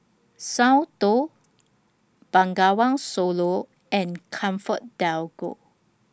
Soundteoh Bengawan Solo and ComfortDelGro